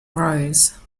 rose